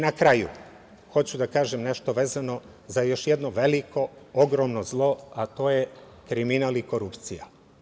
Na kraju hoću da kažem, nešto vezano za još jednu veliko, ogromno zlo, a to je kriminal i korupcija.